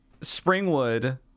Springwood